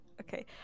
okay